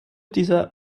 dieser